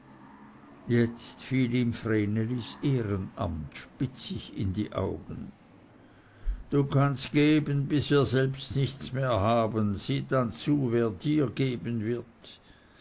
jetzt fiel ihm vrenelis ehrenamt spitzig in die augen du kannst geben bis wir selbst nichts mehr haben sieh dann zu wer dir geben wird